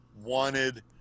wanted